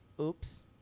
oops